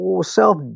self